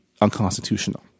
unconstitutional